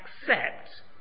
accept